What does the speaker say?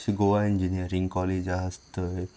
जशी Goa engineering college आसा थंय